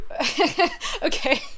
okay